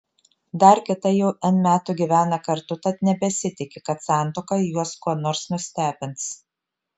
dar kita jau n metų gyvena kartu tad nebesitiki kad santuoka juos kuo nors nustebins